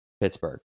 Pittsburgh